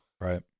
Right